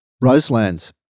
Roselands